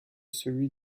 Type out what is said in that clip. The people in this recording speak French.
celui